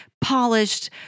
polished